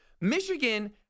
Michigan